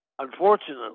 unfortunately